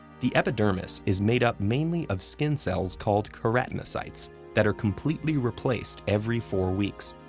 the epidermis is made up mainly of skin cells called keratinocytes that are completely replaced every four weeks.